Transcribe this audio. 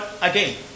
again